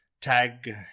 tag